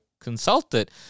consulted